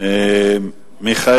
ובכל